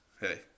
Hey